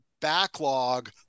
backlog